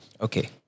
okay